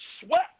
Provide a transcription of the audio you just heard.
Sweat